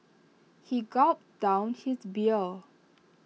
he gulped down his beer